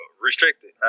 restricted